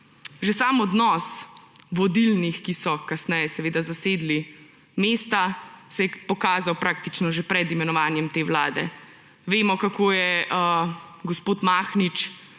Že sam odnos vodilnih, ki so kasneje seveda zasedli mesta, se je pokazal praktično že pred imenovanjem te vlade. Vemo, kako je gospod Mahnič